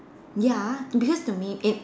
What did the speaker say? ya because to me it